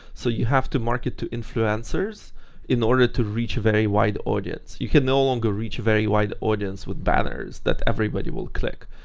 so you have to market to influencers in order to reach a very wide audience. you can no longer reach a very wide audience with banners that everybody will click.